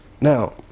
Now